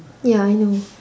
ya I know